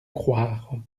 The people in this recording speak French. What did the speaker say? croire